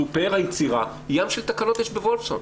שהוא פאר היציאה ים של תקלות יש בוולפסון,